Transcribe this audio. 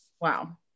wow